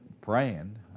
praying